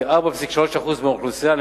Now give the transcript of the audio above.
כ-4.3% מהאוכלוסייה,